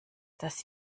dass